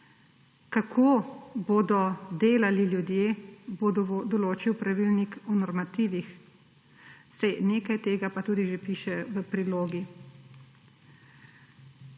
Kako bodo delali ljudje, bo določil pravilnik o normativih, saj nekaj tega pa tudi že piše v prilogi.